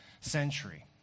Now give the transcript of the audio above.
century